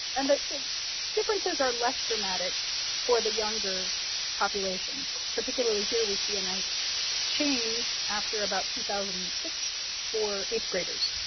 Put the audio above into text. and that the differences are less dramatic for the younger populations. particularly, here we see a nice change after about two thousand and six for eighth graders.